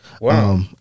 Wow